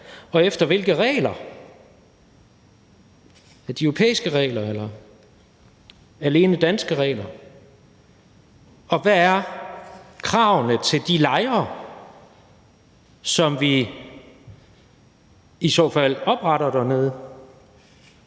det foregå? Er det de europæiske regler eller alene danske regler? Og hvad er kravene til de lejre, som vi i så fald opretter dernede?